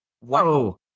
Wow